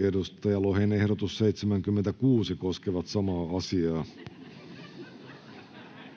Markus Lohen ehdotus 76 koskevat samaa asiaa,